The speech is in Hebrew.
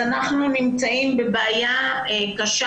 אנחנו נמצאים בבעיה קשה.